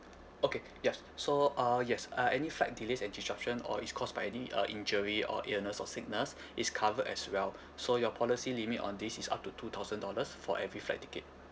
okay ya so uh yes uh any flight delays and disruption or is caused by the uh injury or illness or sickness is covered as well so your policy limit on this is up to two thousand dollars for every flight ticket